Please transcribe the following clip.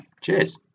Cheers